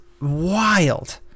wild